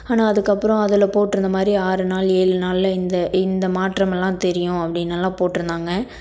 ஆனால் அதுக்கு அப்புறம் அதில் போட்டிருந்த மாதிரி ஆறு நாள் ஏழு நாளில் இந்த இந்த மாற்றமெல்லாம் தெரியும் அப்படின்னு எல்லாம் போட்டிருந்தாங்க